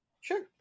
Sure